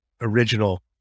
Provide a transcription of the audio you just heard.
original